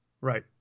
right